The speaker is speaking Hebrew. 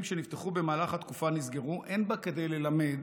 שנפתחו במהלך התקופה נסגרו אין בה כדי ללמד